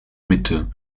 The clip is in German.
mitte